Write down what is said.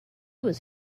was